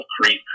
creep